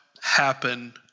happen